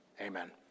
Amen